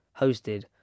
hosted